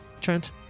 Trent